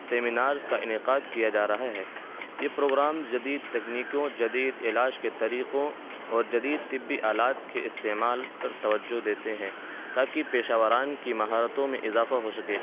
seminars کا انعقاد کیا جا رہا ہے یہ پروگرامز جدید تکنیکیوں جدید علاج کے طریقوں اور جدید طبی آلات کے استعمال پر توجہ دیتے ہیں تاکہ پیشہ وران کی مہارتوں میں اضافہ ہو سکے